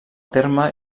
terme